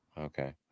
okay